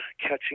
catching